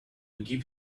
gave